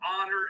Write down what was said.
honor